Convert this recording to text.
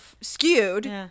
skewed